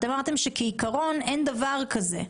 אתם אמרתם שכעיקרון אין דבר כזה.